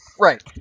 Right